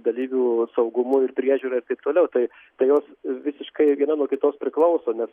dalyvių saugumu ir priežiūra ir taip toliau tai tai jos visiškai viena nuo kitos priklauso nes